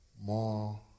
more